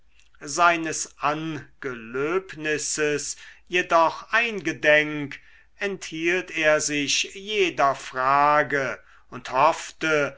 seines angelöbnisses jedoch eingedenk enthielt er sich jeder frage und hoffte